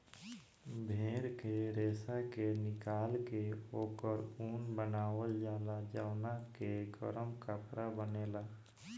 भेड़ के रेशा के निकाल के ओकर ऊन बनावल जाला जवना के गरम कपड़ा बनेला